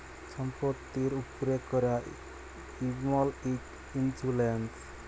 ছম্পত্তির উপ্রে ক্যরা ইমল ইক ইল্সুরেল্স